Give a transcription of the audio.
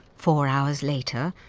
four hours later,